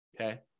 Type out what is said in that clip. Okay